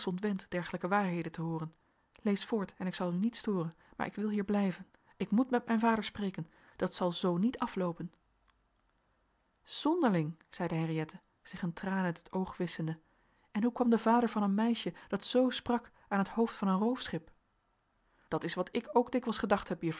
ontwend dergelijke waarheden te hooren lees voort en ik zal u niet storen maar ik wil hier blijven ik moet met mijn vader spreken dat zal zoo niet afloopen zonderling zeide henriëtte zich een traan uit het oog wisschende en hoe kwam de vader van een meisje dat zoo sprak aan het hoofd van een roofschip dat is wat ik ook dikwijls gedacht heb